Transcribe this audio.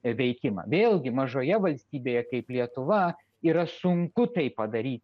veikimą vėlgi mažoje valstybėje kaip lietuva yra sunku tai padaryti